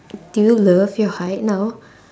do you love your height now